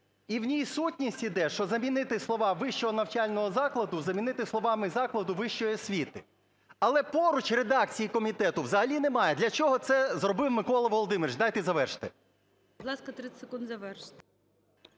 І в ній сутність іде, що замінити слова "вищого навчального закладу" замінити словами "закладу вищої освіти". Але поруч редакції комітету взагалі немає. Для чого це зробив Микола Леонідович? Дайте завершити. ГОЛОВУЮЧИЙ. Будь ласка, 30 секунд завершити.